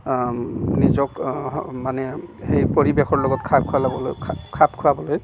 নিজক মানে সেই পৰিৱেশৰ লগত খাপ খুৱাই ল'বলৈ খাপ খাপ খুৱাবলৈ